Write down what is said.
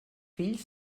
fills